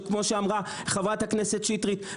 כמו שאמרה חברת הכנסת שטרית.